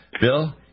Bill